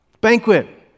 banquet